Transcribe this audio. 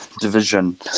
Division